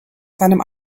seinem